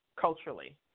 culturally